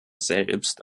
selbst